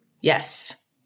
Yes